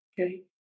Okay